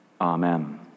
Amen